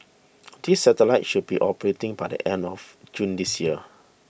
these satellites should be operating by the end of June this year